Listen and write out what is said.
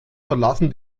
verlassen